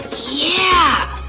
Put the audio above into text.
yeah!